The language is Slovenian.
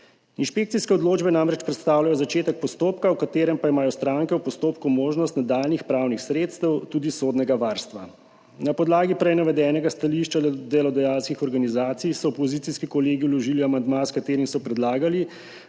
Inšpekcijske odločbe namreč predstavljajo začetek postopka, v katerem pa imajo stranke v postopku možnost nadaljnjih pravnih sredstev, tudi sodnega varstva. Na podlagi prej navedenega stališča delodajalskih organizacij so opozicijski kolegi vložili amandma, s katerim so predlagali,